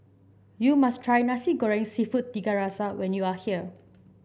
you must try Nasi Goreng seafood Tiga Rasa when you are here